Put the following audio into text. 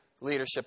leadership